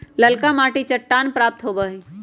ललका मटिया चट्टान प्राप्त होबा हई